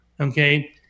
okay